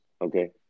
okay